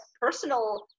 personal